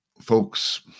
Folks